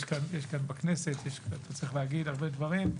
בכנסת אתה צריך להגיד הרבה דברים,